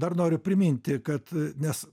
dar noriu priminti kad nes